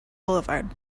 boulevard